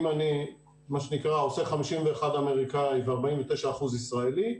אם אני עושה 51% אמריקאי ו-49% ישראלי,